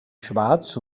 schwarz